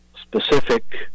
specific